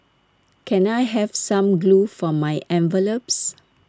can I have some glue for my envelopes